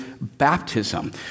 baptism